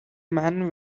man